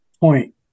point